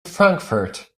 frankfurt